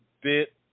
bit